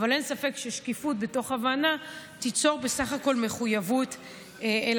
אבל אין ספק ששקיפות מתוך הבנה תיצור בסך הכול מחויבות לכנסת.